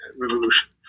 revolution